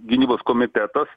gynybos komitetas